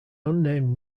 unnamed